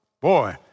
Boy